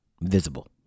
visible